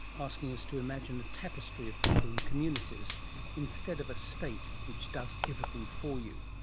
asking us to imagine the tapestry of people in communities instead of a state which does everything for you.